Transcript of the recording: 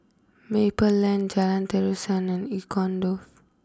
Maple Lane Jalan Terusan and Icon Loft